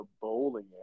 bowling